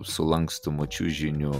sulankstomu čiužiniu